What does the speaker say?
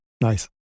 Nice